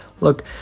Look